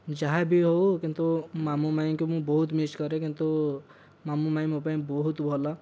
ଯାହାବି ହଉ କିନ୍ତୁ ମାମୁଁ ମାଇଁଙ୍କୁ ମୁଁ ବହୁତ ମିସ କରେ କିନ୍ତୁ ମାମୁଁ ମାଇଁ ମୋ ପାଇଁ ବହୁତ ଭଲ